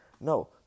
no